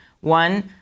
One